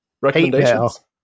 recommendations